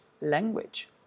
language